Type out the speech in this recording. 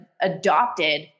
adopted